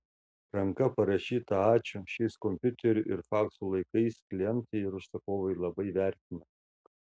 ranka parašytą ačiū šiais kompiuterių ir faksų laikais klientai ir užsakovai labai vertina